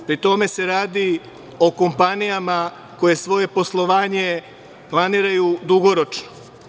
Pri tome, radi se o kompanijama koje svoje poslovanje planiraju dugoročno.